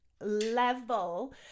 level